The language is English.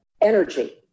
energy